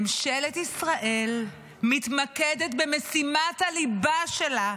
ממשלת ישראל מתמקדת במשימת הליבה שלה: